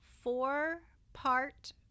four-part